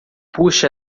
puxe